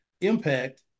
impact